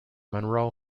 monroe